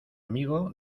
amigo